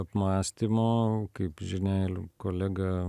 apmąstymo kaip žinia il kolega